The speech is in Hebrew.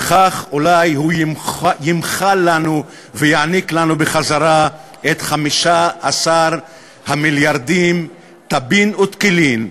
וכך אולי הוא ימחל לנו ויעניק לנו בחזרה את 15 המיליארדים טבין ותקילין.